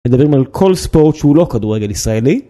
מדברים על כל ספורט שהוא לא כדורגל ישראלי.